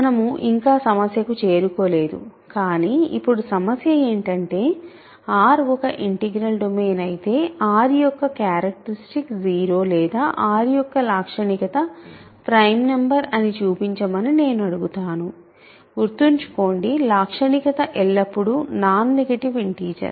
మనము ఇంకా సమస్యకు చేరుకోలేదు కానీ ఇప్పుడు సమస్య ఏంటంటే R ఒక ఇంటిగ్రల్ డొమైన్ అయితే R యొక్క క్యారెక్టరిస్టిక్ 0 లేదా R యొక్క లాక్షణికత ప్రైమ్ నంబర్ అని చూపించమని నేను అడుగుతాను గుర్తుంచుకొండి లాక్షణికత ఎల్లప్పుడూ నాన్ నెగటివ్ ఇంటిజర్